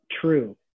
true